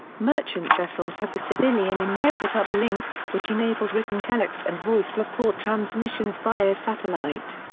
merchant vessels had the civilian inmarsat uplink, which enabled written telex and voice report transmissions via satellite.